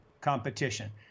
competition